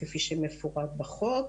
כפי שמפורט בחוק.